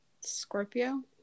Scorpio